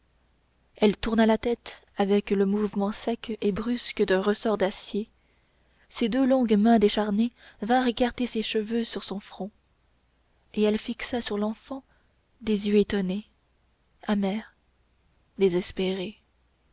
elle tourna la tête avec le mouvement sec et brusque d'un ressort d'acier ses deux longues mains décharnées vinrent écarter ses cheveux sur son front et elle fixa sur l'enfant des yeux étonnés amers désespérés